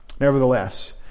Nevertheless